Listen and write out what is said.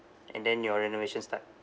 and then your renovation start